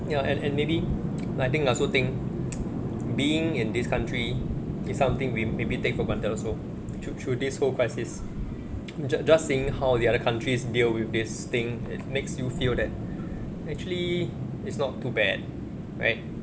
you know and and maybe like I think I also think being in this country is something we maybe take for granted are also through through this whole crisis just just seeing how the other countries deal with this thing it makes you feel that actually it's not too bad right